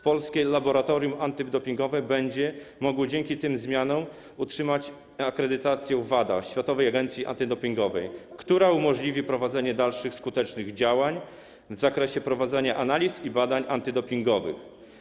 Polskie Laboratorium Antydopingowe będzie mogło dzięki tym zmianom utrzymać akredytację WADA, Światowej Agencji Antydopingowej, która umożliwi realizowanie dalszych skutecznych działań w zakresie prowadzenia analiz i badań antydopingowych.